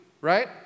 right